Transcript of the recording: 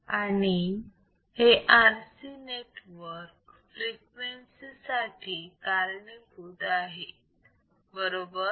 आणि हे RC network frequency साठी कारणीभूत आहेत बरोबर